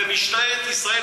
ומשטרת ישראל,